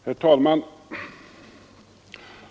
Herr talman!